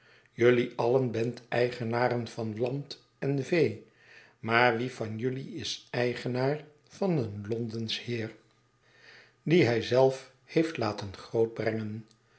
jelui alien bent eigenaren van land en vee maar wie van jelui is eigenaar van een londensch heer dien hij zelf heeft laten